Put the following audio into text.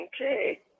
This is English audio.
Okay